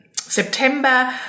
September